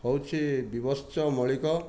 ହେଉଛି ଵିଵଶ୍ଚ ମୌଳିକ